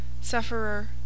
sufferer